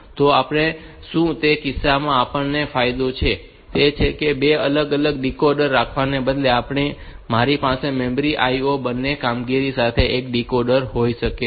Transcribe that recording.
તો આપણે શું તે કિસ્સામાં આપણને જે ફાયદો છે તે એ છે કે 2 અલગ અલગ ડીકોડર રાખવાને બદલે આપણી પાસે મેમરી અને IO બંને કામગીરી માટે એક જ ડીકોડર હોઈ શકે છે